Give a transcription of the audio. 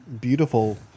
beautiful